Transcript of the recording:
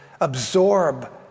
absorb